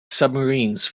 submarines